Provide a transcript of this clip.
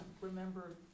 remember